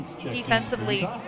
defensively